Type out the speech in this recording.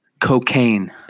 Cocaine